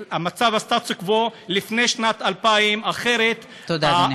שלפני שנת 2000, תודה, אדוני.